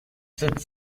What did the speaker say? sept